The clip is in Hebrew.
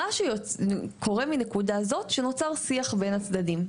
מה שקורה מנקודה זאת, זה שנוצר שיח בין הצדדים.